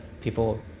people